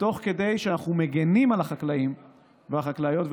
תוך כדי שאנחנו מגינים על החקלאים ועל החקלאיות,